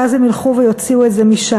ואז הם ילכו ויוציאו את זה משם.